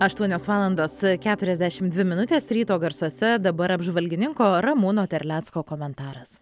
aštuonios valandos keturiasdešimt dvi minutės ryto garsuose dabar apžvalgininko ramūno terlecko komentaras